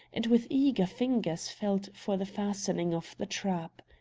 and with eager fingers felt for the fastenings of the trap.